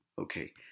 okay